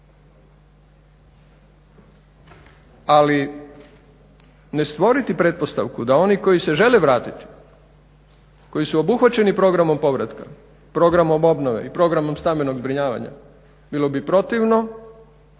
Ali ne stvoriti pretpostavku da oni koji se žele vratiti, koji su obuhvaćeni programom povratka, programom obnove i programom stambenog zbrinjavanja bilo bi protivno